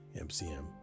MCM